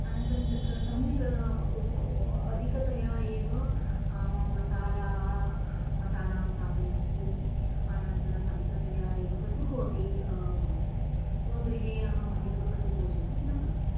अनन्तरं तत्र सम्यक् उत् अधिकतया एव मसाला मसालां स्थापयन्ति अनन्तरम् अधिकतया एव कटुः अपि भवति स्वगृहे अहम् अधिककटुभोजनं न करोमि